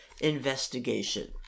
investigation